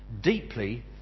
deeply